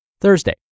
Thursday